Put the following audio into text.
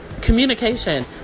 communication